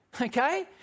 Okay